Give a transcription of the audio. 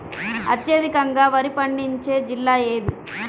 అత్యధికంగా వరి పండించే జిల్లా ఏది?